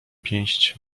pięść